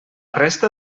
resta